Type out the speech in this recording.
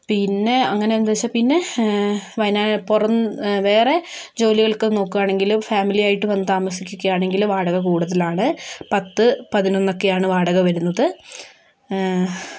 പിന്നെ അങ്ങനെ എന്താച്ചാ പിന്നെ വയനാ പുറം വേറെ ജോലികൾക്കും നോക്കുകയാണെങ്കിലും ഫാമിലിയായിട്ട് വന്നു താമസിക്കുകൊക്കെയാണെങ്കിലും വാടക കൂടുതൽ ആണ് പത്തു പതിനൊന്ന് ഒക്കെ ആണ് വാടക വരുന്നത്